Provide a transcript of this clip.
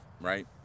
right